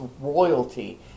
royalty